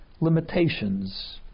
limitations